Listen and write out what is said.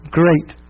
great